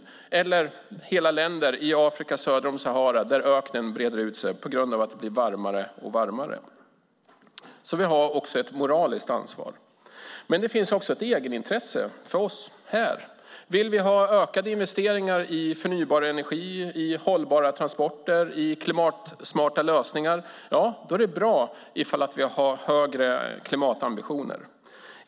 Det är hela länder i Afrika söder om Sahara, där öknen breder ut sig på grund av att det blir varmare och varmare. Vi har alltså också ett moraliskt ansvar. Men det finns även ett egenintresse för oss här. Vill vi ha ökade investeringar i förnybar energi, hållbara transporter och klimatsmarta lösningar är det bra om vi har högre klimatambitioner.